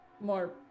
more